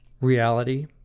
reality